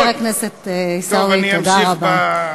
חבר הכנסת עיסאווי, תודה רבה.